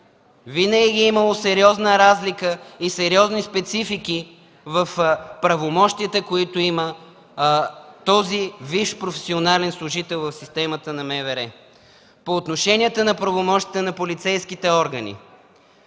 Винаги е имало сериозна разлика и сериозни специфики в правомощията, които има този висш професионален служител в системата на МВР. По отношение на правомощията на полицейските органи.